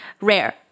rare